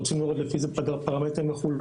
אנחנו רוצים לראות לפי איזה פרמטרים מחולקים,